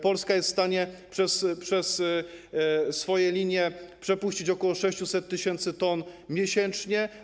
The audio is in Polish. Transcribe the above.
Polska jest w stanie przez swoje linie przepuścić ok. 600 tys. t miesięcznie.